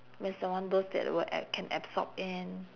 means the one those that will can absorb in